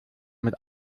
mit